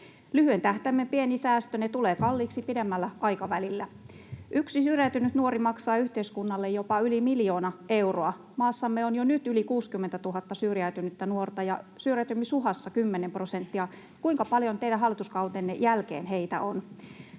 Lyhyen tähtäimen pieni säästö tulee kalliiksi pitemmällä aikavälillä. Yksi syrjäytynyt nuori maksaa yhteiskunnalle jopa yli miljoona euroa. Maassamme on jo nyt yli 60 000 syrjäytynyttä nuorta ja syrjäytymisuhassa 10 prosenttia. Kuinka paljon teidän hallituskautenne jälkeen heitä on?